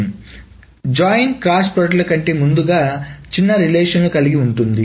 కాబట్టి joins cross product లు కంటే ముందుగా చిన్న రిలేషన్ లను కలిగి ఉంటుంది